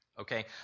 Okay